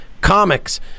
comics